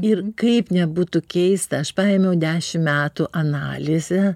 ir kaip nebūtų keista aš paėmiau dešim metų analizę